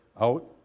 out